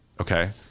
okay